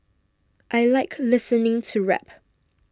I like listening to rap